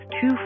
two